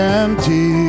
empty